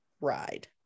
ride